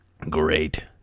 Great